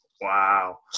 wow